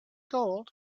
gold